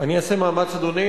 אני אעשה מאמץ, אדוני.